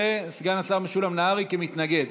ואת סגן השר משולם נהרי כמתנגד,